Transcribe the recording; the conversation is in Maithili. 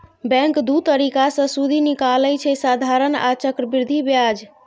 बैंक दु तरीका सँ सुदि निकालय छै साधारण आ चक्रबृद्धि ब्याज